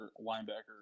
linebacker